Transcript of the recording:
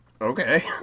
Okay